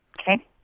Okay